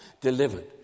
delivered